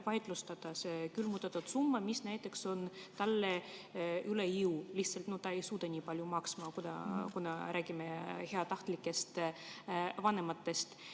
vaidlustada selle külmutatud summa, mis käib talle üle jõu. Ta lihtsalt ei suuda nii palju maksta – me räägime heatahtlikest vanematest.